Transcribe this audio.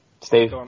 Steve